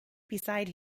beside